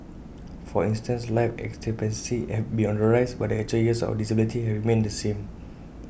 for instance life expectancy have been on the rise but the actual years of disability have remained the same